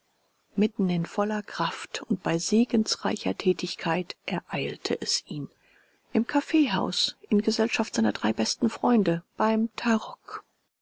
mitten in voller kraft und bei segensreicher tätigkeit ereilte es ihn im kaffeehaus in gesellschaft seiner drei besten freunde beim tarock